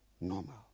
Normal